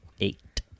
Eight